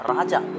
Raja